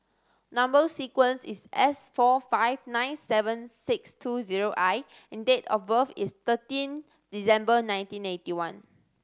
number sequence is S four five nine seven six two zero I and date of birth is thirteen December nineteen eighty one